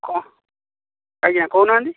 କ'ଣ ଆଜ୍ଞା କହୁନାହାନ୍ତି